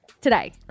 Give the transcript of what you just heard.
Today